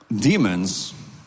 Demons